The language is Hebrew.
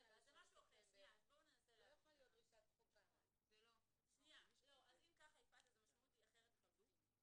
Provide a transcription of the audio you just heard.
אם כך, המשמעות היא אחרת לחלוטין.